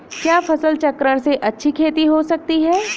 क्या फसल चक्रण से अच्छी खेती हो सकती है?